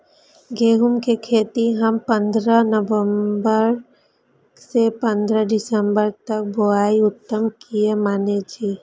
गेहूं के खेती हम पंद्रह नवम्बर से पंद्रह दिसम्बर तक बुआई उत्तम किया माने जी?